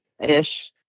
ish